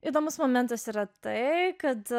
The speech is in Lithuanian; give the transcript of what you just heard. įdomus momentas yra tai kad